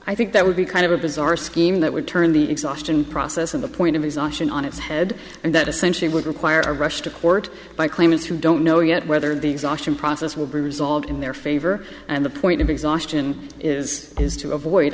i think that would be kind of a bizarre scheme that would turn the exhaustion process of the point of exhaustion on its head and that essentially would require a rush to court by claimants who don't know yet whether the exhaustion process will be resolved in their favor and the point of exhaustion is is to avoid